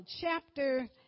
chapter